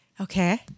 Okay